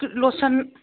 lotion